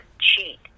cheat